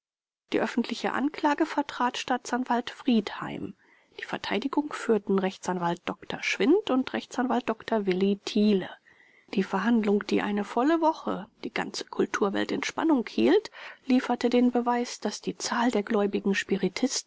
die öffentliche anklage vertrat staatsanwalt friedheim die verteidigung führten rechtsanwalt dr schwindt und rechtsanwalt dr willy thiele die verhandlung die eine volle woche die ganze kulturwelt in spannung hielt lieferte den beweis daß die zahl der gläubigen